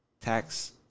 tax